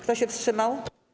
Kto się wstrzymał?